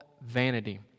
vanity